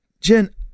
Jen